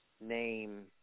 name